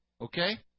Okay